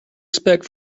expect